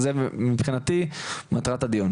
מבחינתי זאת מטרת הדיון.